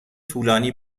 طولانی